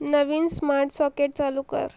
नवीन smart socket चालू कर